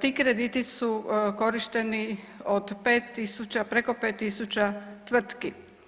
ti krediti su korišteni od 5.000 preko 5.000 tvrtki.